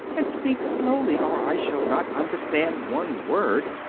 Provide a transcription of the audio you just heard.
and speak slowly, or i shall not understand one word.